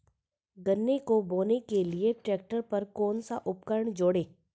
गन्ने को बोने के लिये ट्रैक्टर पर कौन सा उपकरण जोड़ें?